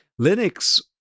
Linux